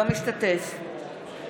אינו משתתף בהצבעה